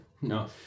No